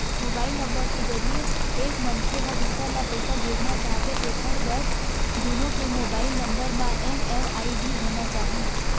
mobile number के जरिए एक मनखे ह दूसर ल पइसा भेजना चाहथे तेखर बर दुनो के मोबईल नंबर म एम.एम.आई.डी होना चाही